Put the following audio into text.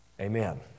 Amen